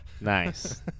Nice